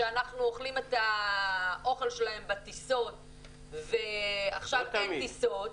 שאנחנו אוכלים את האוכל שלהם בטיסות ועכשיו אין טיסות.